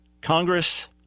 congress